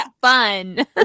fun